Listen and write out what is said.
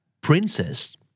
Princess